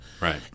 right